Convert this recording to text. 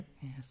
yes